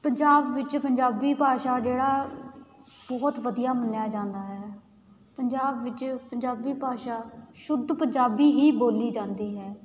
ਪੰਜਾਬ ਵਿੱਚ ਪੰਜਾਬੀ ਭਾਸ਼ਾ ਜਿਹੜਾ ਬਹੁਤ ਵਧੀਆ ਮੰਨਿਆ ਜਾਂਦਾ ਹੈ ਪੰਜਾਬ ਵਿੱਚ ਪੰਜਾਬੀ ਭਾਸ਼ਾ ਸ਼ੁੱਧ ਪੰਜਾਬੀ ਹੀ ਬੋਲੀ ਜਾਂਦੀ ਹੈ